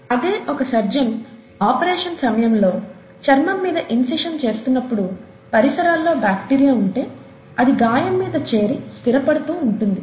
అదే ఒక surgeon operation సమయంలో చర్మం మీద ఇన్సిషన్ చేస్తున్నప్పుడు పరిసరాల్లో బాక్టీరియా ఉంటే అది గాయం మీద చేరి స్థిరపడుతూ ఉంటుంది